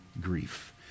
grief